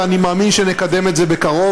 ואני מאמין שנקדם את זה בקרוב.